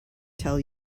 tell